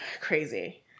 Crazy